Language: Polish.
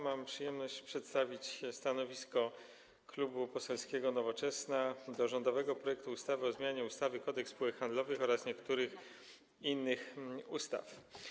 Mam przyjemność przedstawić stanowisko Klubu Poselskiego Nowoczesna wobec rządowego projektu ustawy o zmianie ustawy Kodeks spółek handlowych oraz niektórych innych ustaw.